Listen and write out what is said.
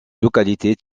localité